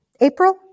April